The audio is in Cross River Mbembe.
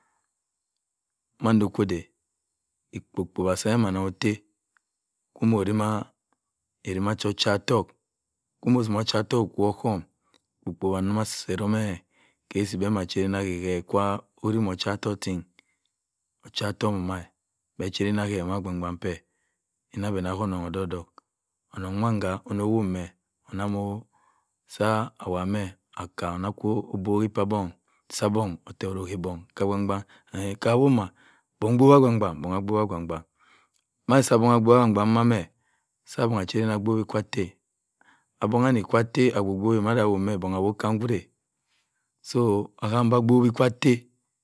Mando-kwo-ode ikpi-kpowa sibmah anagho otta mwotima erima cha-ocha ottok. Kuma otuma ocha-ottok okwu se-osohm. ikpi-kpowa se-mma che-aden-ake-ke kwa otuma okwa-ottok. ocha ottok woya. beh jeden akeh se-agban-gban beh. Pera nna ageb onong odok-odok. onong nwo nowumeh mina-se-awa akka mina kwumo kwo-ke pabongha ke agban-agban ka-aa-woma bongha a bgbowu agban-agban bongha agbowo mase bongha ogbowa agban-agban sa bongh achi-dene ogbowi kwa atta. abongha kwu ke atta ogbowi bongha awo ke ekwire so akami agbowo kwa atta